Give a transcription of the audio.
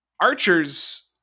Archer's